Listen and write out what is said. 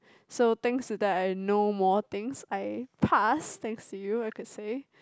so thanks to that I know more things I passed thanks to you I could say